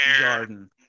Garden